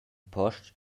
post